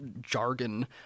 jargon